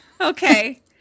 Okay